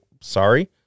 sorry